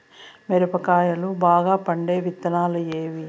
మిరప కాయలు బాగా పండే విత్తనాలు ఏవి